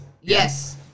Yes